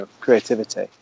creativity